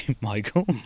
Michael